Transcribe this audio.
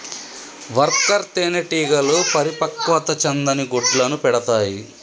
worker తేనెటీగలు పరిపక్వత చెందని గుడ్లను పెడతాయి